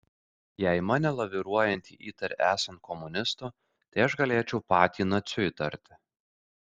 jei mane laviruojantį įtari esant komunistu tai aš galėčiau patį naciu įtarti